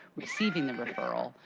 receiving the referral.